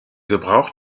gebrauch